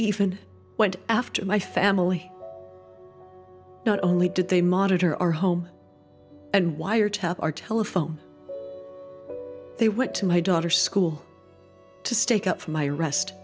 even went after my family not only did they monitor our home and wiretap our telephone they went to my daughter's school to stake out for my arrest